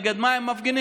נגד מה הם מפגינים?